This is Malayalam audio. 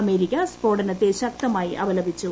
അമേരിക്ക സ്ഫോടനത്തെ ശക്തമായി അപലപിച്ചു